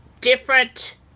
different